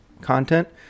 content